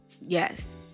Yes